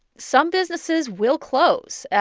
some businesses will close.